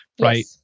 Right